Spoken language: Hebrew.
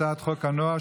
הצעת חוק הנוער,